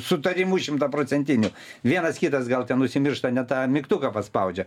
sutarimu šimtaprocentiniu vienas kitas gal ten užsimiršta ne tą mygtuką paspaudžia